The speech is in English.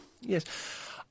Yes